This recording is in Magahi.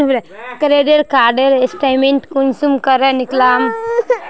क्रेडिट कार्ड स्टेटमेंट कुंसम करे निकलाम?